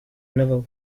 another